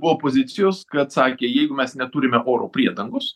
buvo pozicijos kad sakė jeigu mes neturime oro priedangos